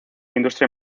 industria